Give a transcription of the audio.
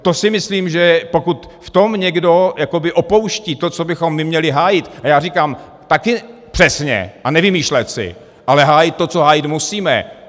To si myslím, že pokud v tom někdo opouští to, co bychom my měli hájit a já říkám taky přesně a nevymýšlet si ale hájit to, co hájit musíme.